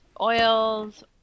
oils